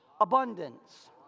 abundance